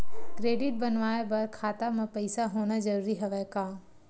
Credit बनवाय बर खाता म पईसा होना जरूरी हवय का?